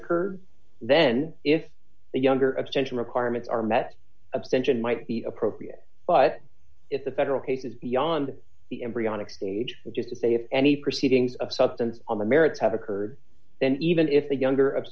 occurred then if the younger abstention requirements are met abstention might be appropriate but if the federal case is beyond the embryonic stage just to say if any proceedings of substance on the merits have occurred then even if the younger